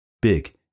big